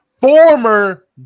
former